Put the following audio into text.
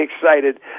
excited